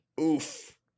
Oof